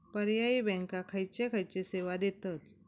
पर्यायी बँका खयचे खयचे सेवा देतत?